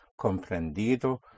comprendido